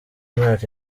mwaka